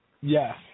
Yes